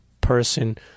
person